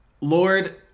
Lord